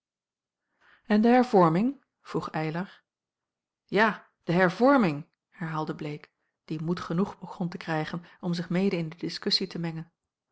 en de hervorming vroeg eylar ja de hervorming herhaalde bleek die moed gejacob van laasje begon te krijgen om zich mede in de diskussie te mengen